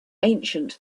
ancient